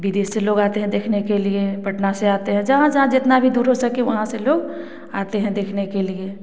विदेश से लोग आते हैं देखने के लिए पटना से आते हैं जहाँ जहाँ जितना भी दूर हो सके वहाँ से लोग आते हैं देखने के लिए